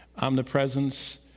omnipresence